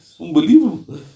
Unbelievable